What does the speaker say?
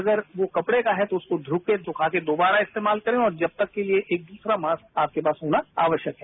अगर वो कपड़े का है तो उसे धोकर सुखाकर दोबारा इस्तेमाल करें और जब तक के लिए एक दूसरा मास्क आपके पास होना आवश्यक है